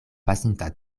pasinta